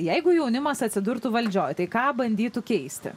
jeigu jaunimas atsidurtų valdžioj tai ką bandytų keisti